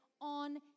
on